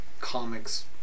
comics